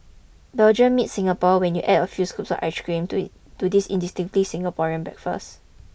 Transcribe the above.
Belgium meets Singapore when you add a few scoops of ice cream to to this distinctively Singaporean breakfast